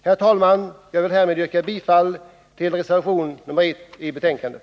Herr talman! Jag yrkar bifall till den reservation som fogats till betänkandet.